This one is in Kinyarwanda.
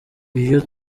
iyo